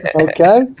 Okay